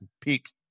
Pete